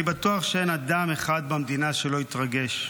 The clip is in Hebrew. אני בטוח שאין אדם אחד במדינה שלא התרגש,